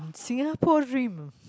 Singapore River